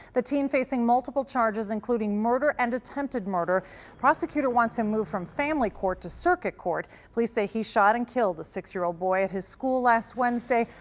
the teen, facing multiple charges including murder and attempted murder. the prosecutor wants him moved from family court to circuit court. police say he shot and killed the six-year-old boy at his school last wednesday.